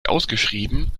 ausgeschrieben